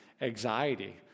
anxiety